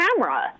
camera